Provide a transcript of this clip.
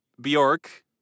Bjork